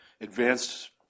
advanced